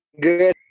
Good